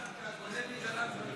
אתה יכול לקחת, כי הגונב מגנב פטור.